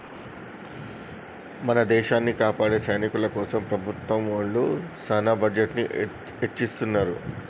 మన దేసాన్ని కాపాడే సైనికుల కోసం ప్రభుత్వం ఒళ్ళు సాన బడ్జెట్ ని ఎచ్చిత్తున్నారు